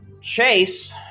Chase